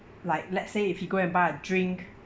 like let's say if he go and buy a drink